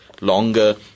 longer